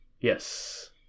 Yes